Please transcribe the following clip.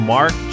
Mark